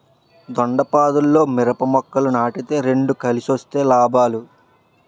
దొండపాదుల్లో మిరప మొక్కలు నాటితే రెండు కలిసొస్తే లాభాలు